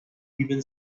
even